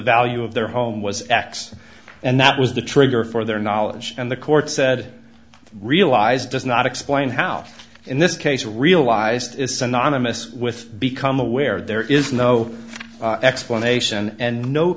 value of their home was x and that was the trigger for their knowledge and the court said realize does not explain how in this case realized is synonymous with become aware there is no explanation and no